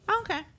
Okay